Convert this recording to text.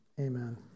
Amen